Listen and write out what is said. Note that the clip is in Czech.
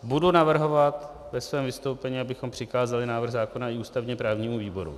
Budu navrhovat ve svém vystoupení, abychom přikázali návrh zákona i ústavněprávnímu výboru.